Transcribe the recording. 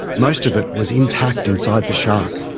most of it was intact inside the shark.